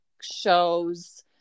shows